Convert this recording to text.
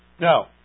Now